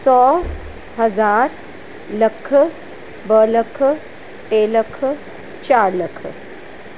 सौ हज़ार लख ॿ लख टे लख चार लख